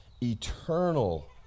eternal